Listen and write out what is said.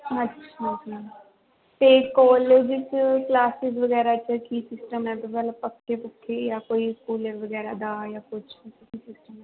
ਅੱਛਾ ਜੀ ਅਤੇ ਕੋਲਜ 'ਚ ਕਲਾਸਿਸ ਵਗੈਰਾ 'ਚ ਕੀ ਸਿਸਟਮ ਹੈ ਮਤਲਬ ਪੱਖੇ ਪੁੱਖੇ ਜਾਂ ਕੋਈ ਕੂਲਰ ਵਗੈਰਾ ਦਾ ਜਾਂ ਕੁਛ ਮਤਲਬ ਕੀ ਸਿਸਟਮ ਹੈ